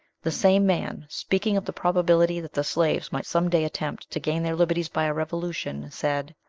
the same man, speaking of the probability that the slaves might some day attempt to gain their liberties by a revolution, said,